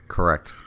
Correct